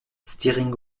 stiring